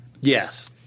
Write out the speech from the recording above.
Yes